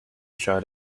shy